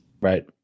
right